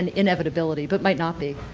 and inevitability, but might not be.